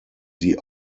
sie